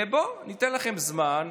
בואו, ניתן לכם זמן.